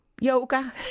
yoga